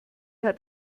hat